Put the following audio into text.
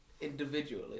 individually